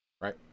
Right